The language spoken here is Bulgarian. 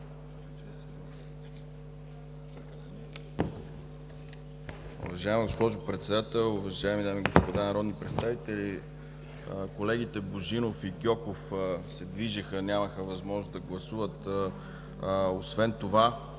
Уважаема госпожо Председател, уважаеми дами и господа народни представители! Колегите Божинов и Гьоков се движеха и нямаха възможност да гласуват. Освен това,